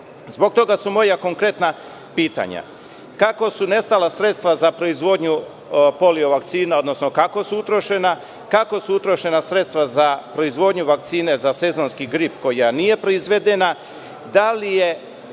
toga su moja konkretna pitanja – kako su nestala sredstva za proizvodnju polio vakcina, odnosno kako su utrošena? Kako su utrošena sredstva za proizvodnju vakcine za sezonski grip, koja nije proizvedena? Da li